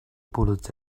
bullets